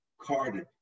carded